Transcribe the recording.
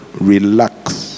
Relax